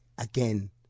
again